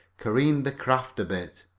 careened the craft a bit.